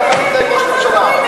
ככה מתנהג ראש ממשלה.